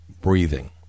breathing